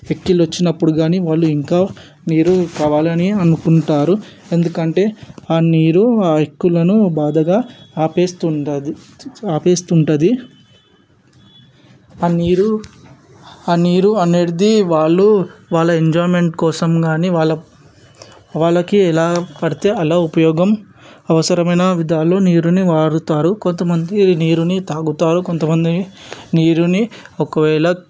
ఎక్కిళ్ళు వచ్చినప్పుడు కాని వాళ్ళు ఇంకా నీరు కావాలని అనుకుంటారు ఎందుకంటే ఆ నీరు ఆ ఎక్కుళ్లను బాధగా ఆపేస్తుండదు ఆపేస్తుంటుంది ఆ నీరు ఆ నీరు అనేటిది వాళ్ళు వాళ్ళ ఎంజాయ్మెంట్ కోసం కాని వాళ్ళ వాళ్ళకి ఎలా పడితే అలా ఉపయోగం అవసరమైన విధాలు నీరుని వాడుతారు కొంతమంది నీరుని తాగుతారు నీరుని తాగుతారు కొంతమంది నీరుని ఒకవేళ